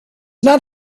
not